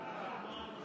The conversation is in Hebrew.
56 בעד, 54 נגד.